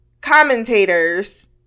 commentators